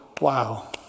wow